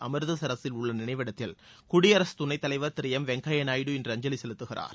அமிர்தசரஸில் உள்ள நினைவிடத்தில் குடியரசுத் துணைத் தலைவர் திரு எம் வெங்கையா நாயுடு இன்று அஞ்சலி செலுத்துகிறார்